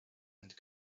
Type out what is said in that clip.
and